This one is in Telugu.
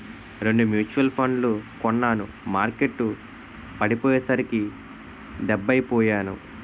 రెండు మ్యూచువల్ ఫండ్లు కొన్నాను మార్కెట్టు పడిపోయ్యేసరికి డెబ్బై పొయ్యాను